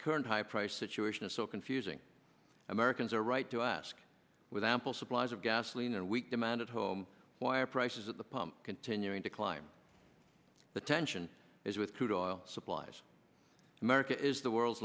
current high price situation is so confusing americans are right to ask with ample supplies of gasoline and weak demand at home why are prices at the pump continuing to climb the tension is with crude oil supplies america is the world's